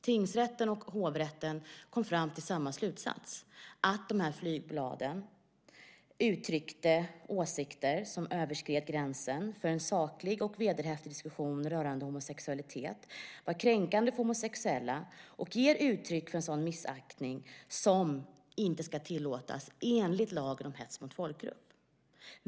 Tingsrätten och hovrätten kom fram till samma slutsats, nämligen att dessa flygblad uttryckte åsikter som överskred gränsen för en saklig och vederhäftig diskussion rörande homosexualitet, var kränkande för homosexuella och gav uttryck för en sådan missaktning som inte ska tillåtas enligt lagen om hets mot folkgrupp.